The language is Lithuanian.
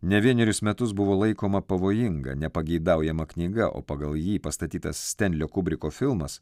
ne vienerius metus buvo laikoma pavojinga nepageidaujama knyga o pagal jį pastatytas stenlio kubriko filmas